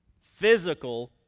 Physical